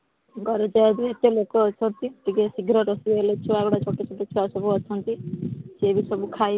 ଘରେ ତ ଆଜି ଏତେ ଲୋକ ଅଛନ୍ତି ଟିକିଏ ଶୀଘ୍ର ରୋଷେଇ ହେଲେ ଛୁଆଗୁଡ଼ା ଛୋଟ ଛୋଟ ଛୁଆ ସବୁ ଅଛନ୍ତି ସିଏ ବି ସବୁ ଖାଇବେ